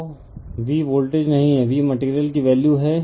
तो V voltage नहीं है V मटेरियल कि वैल्यू है